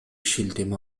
шилтеме